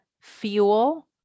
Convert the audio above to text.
fuel